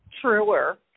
truer